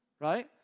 Right